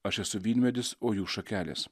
aš esu vynmedis o jūs šakelės